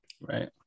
Right